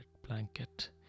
blanket